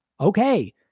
Okay